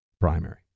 primary